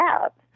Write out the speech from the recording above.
out